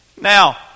Now